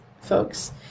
folks